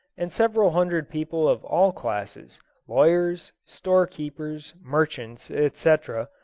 and several hundred people of all classes lawyers, store-keepers, merchants, etc,